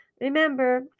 Remember